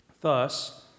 Thus